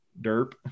derp